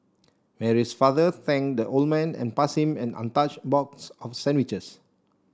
Mary's father thanked the old man and passed him an untouched box of sandwiches